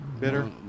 Bitter